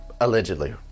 allegedly